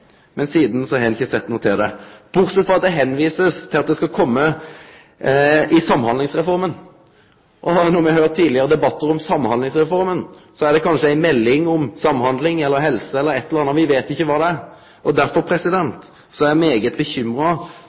men sidan har ein ikkje sett noko til det, bortsett frå at det blir vist til at det skal komme i Samhandlingsreforma. Etter å ha høyrt tidlegare debattar om Samhandlingsreforma er det kanskje ei melding om samhandling, helse eller eit eller anna. Me veit ikkje kva det er. Derfor er eg veldig bekymra